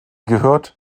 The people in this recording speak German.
gehört